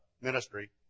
ministry